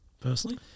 personally